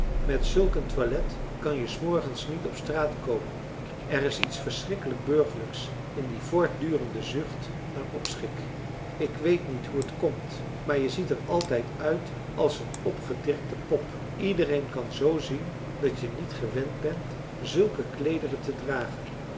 met zulk een toilet kan je s morgens niet op straat komen er is iets verschrikkelijk burgerlijks in die voordurende zucht naar opschik ik weet niet hoe t komt maar je ziet er altijd uit als een opgedirkte pop iedereen kan zoo zien dat je niet gewend bent zulke kleederen te dragen